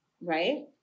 right